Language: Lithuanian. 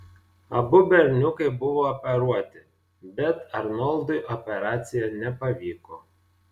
abu berniukai buvo operuoti bet arnoldui operacija nepavyko